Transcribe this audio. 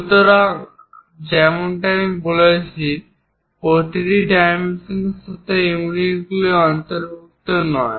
সুতরাং যেমন আমি বলেছি প্রতিটি ডাইমেনশনের সাথে ইউনিটগুলি অন্তর্ভুক্ত নয়